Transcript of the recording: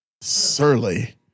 Surly